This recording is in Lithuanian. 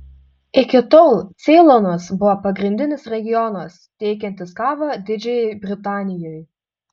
iki tol ceilonas buvo pagrindinis regionas tiekiantis kavą didžiajai britanijai